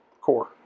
core